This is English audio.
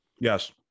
Yes